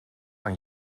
aan